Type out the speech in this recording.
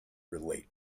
relate